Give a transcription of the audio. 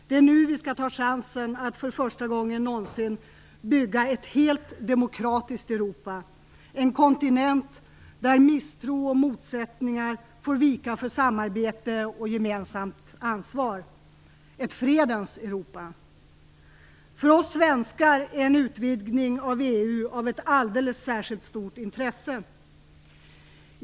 Det är nu vi skall ta chansen att för första gången någonsin bygga ett helt demokratiskt Europa, en kontinent där misstro och motsättningar får vika för samarbete och gemensamt ansvar, ett fredens För oss svenskar är en utvidgning av EU av ett alldeles särskilt stort intresse.